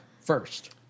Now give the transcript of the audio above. first